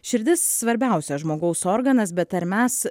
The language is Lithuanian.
širdis svarbiausias žmogaus organas bet ar mes